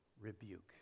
rebuke